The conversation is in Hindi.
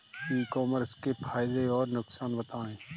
ई कॉमर्स के फायदे और नुकसान बताएँ?